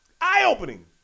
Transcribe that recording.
eye-opening